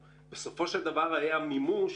בסופו של דבר הוא היה מימוש